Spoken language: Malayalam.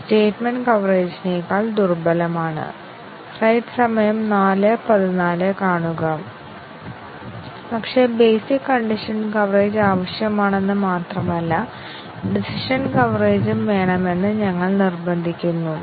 അതിനാൽ ഡിസിഷൻ ടെസ്റ്റിങ് ഒരു ദുർബലമായ ടെസ്റ്റിങ് മാനദണ്ഡമാണെന്നും നിരവധി തരം കണ്ടിഷൻ ടെസ്റ്റിങ്ങുകളുണ്ടെന്നും ഞങ്ങൾ ഇതുവരെ കണ്ടിട്ടുണ്ട്